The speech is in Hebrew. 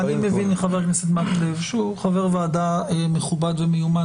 חבר הכנסת מקלב, חבר ועדה מכובד ומיומן,